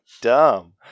dumb